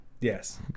Yes